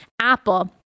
Apple